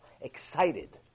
Excited